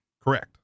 Correct